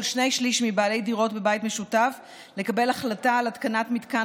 שני שלישים מבעלי דירות בבית משותף לקבל החלטה על התקנת מתקן